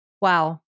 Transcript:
Wow